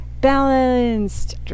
balanced